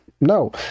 No